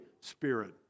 Spirit